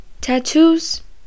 tattoos